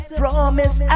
promise